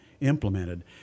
implemented